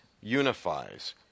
unifies